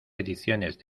ediciones